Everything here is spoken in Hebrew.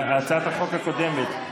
הצעת החוק הקודמת,